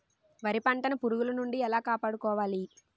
వరి పంటను పురుగుల నుండి ఎలా కాపాడుకోవాలి?